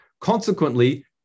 Consequently